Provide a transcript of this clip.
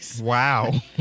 Wow